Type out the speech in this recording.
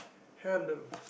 hello